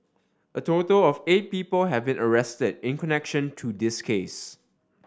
a total of eight people have been arrested in connection to this case